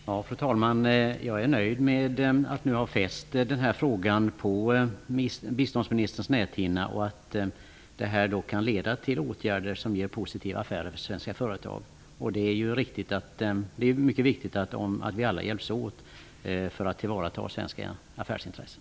Fru talman! Jag är nöjd med att jag har fäst den här frågan på biståndsministerns näthinna. Detta kan leda till åtgärder som är positiva för svenska företag. Det är ju mycket viktigt att vi alla hjälps åt för att tillvarata svenska affärsintressen.